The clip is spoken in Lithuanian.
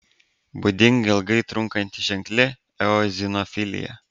būdinga ilgai trunkanti ženkli eozinofilija